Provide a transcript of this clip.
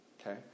Okay